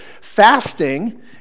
Fasting